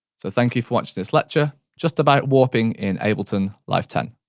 so thank you for watching this lecture, just about warping in ableton live ten.